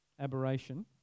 aberration